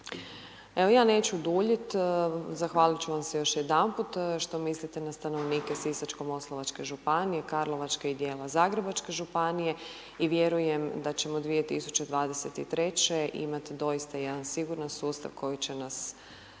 Evo, ja neću duljiti. Zahvalit ću vam se još jedanput, što mislite na stanovnike Sisačko-moslavačke županije, Karlovačke i dijela Zagrebačke županije i vjerujem da ćemo 2023. imati doista jedan siguran sustav koji će nas,